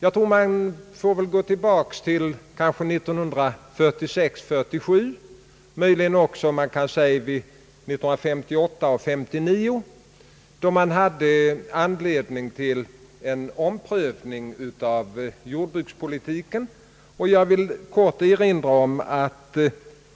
1946—1947, möjligen gäller det också 1958—1959, hade man anledning till en omprövning av jordbrukspolitiken.